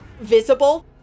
visible